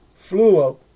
Fluo